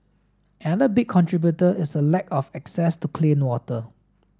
another big contributor is a lack of access to clean water